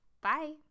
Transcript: Bye